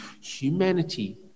humanity